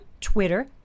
Twitter